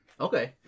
Okay